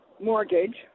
mortgage